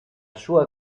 sua